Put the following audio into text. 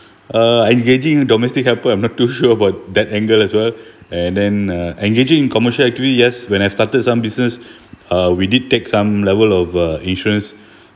uh engaging domestic helper I'm not too sure about that angle as well and then uh engaging in commercial activity yes when I started some business uh we did take some level of uh insurance